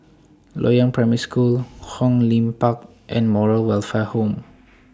Loyang Primary School Hong Lim Park and Moral Welfare Home